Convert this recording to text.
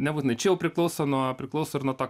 nebūtinai čia jau priklauso nuo priklauso ir nuo to